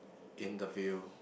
interview